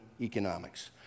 economics